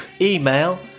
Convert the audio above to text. email